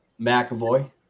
McAvoy